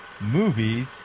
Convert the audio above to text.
Movies